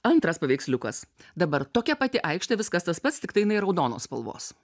antras paveiksliukas dabar tokia pati aikštė viskas tas pats tiktai jinai raudonos spalvos